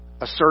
assert